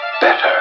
better